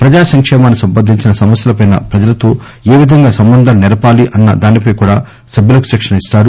ప్రజాసంకేమానికి సంబంధించిన సమస్యలపై ప్రజలతో ఏ విధంగా సంబంధాలు సెరపాలి అన్న దానిపై కూడా సభ్యులకు శిక్షణ ఇస్తారు